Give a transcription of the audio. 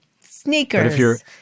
sneakers